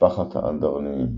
משפחת האנדרניים